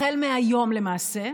החל מהיום, למעשה,